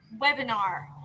webinar